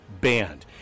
banned